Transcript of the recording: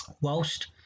whilst